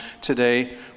today